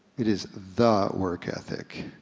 it is the work ethic.